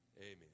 Amen